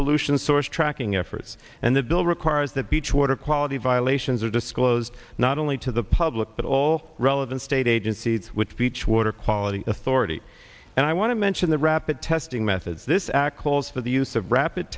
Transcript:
pollution source tracking efforts and the bill requires that beach water quality violations are disclosed not only to the public but all relevant state agencies which beach water quality authority and i want to mention the rapid testing methods this act calls for the use of rapid